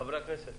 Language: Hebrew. חברי הכנסת,